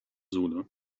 sohle